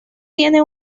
tiene